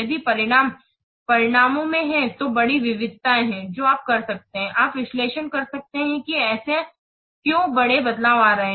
यदि परिणाम परिणामों में हैं तो बड़ी विविधताएं हैं जो आप कर सकते हैं आप विश्लेषण कर सकते हैं की ऐसे क्यों बड़े बदलाव आ रहे हैं